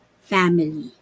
family